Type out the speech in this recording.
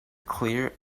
clear